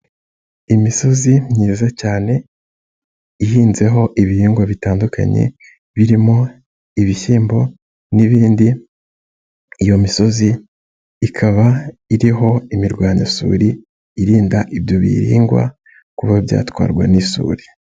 Imisozi myiza cyane ihinzeho ibihingwa bitandukanye, birimo ibishyimbo n'ibindi, iyo misozi ikaba iriho imirwanyasuri irinda ibyo bihingwa kuba byatwarwa n'isuri.